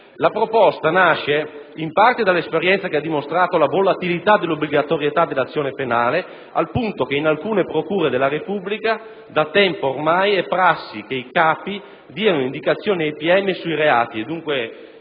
La proposta nasce in parte dall'esperienza che ha dimostrato la volatilità dell'obbligatorietà dell'azione penale, al punto che in alcune procure della Repubblica da tempo ormai è prassi che i capi diano indicazioni ai pubblici ministeri sui reati e dunque